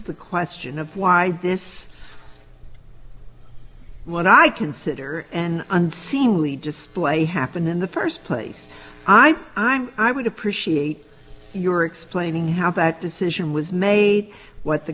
the question of why this what i consider an unseemly display happen in the first place i'm i would appreciate your explaining how that decision was made what the